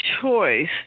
choice